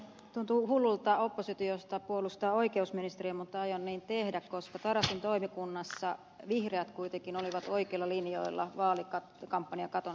tuntuu hullulta oppositiosta puolustaa oikeusministeriä mutta aion niin tehdä koska tarastin toimikunnassa vihreät kuitenkin olivat oikeilla linjoilla vaalikampanjakaton suhteen